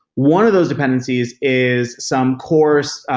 one of those dependencies is some course,